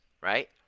right